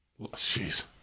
Jeez